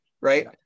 right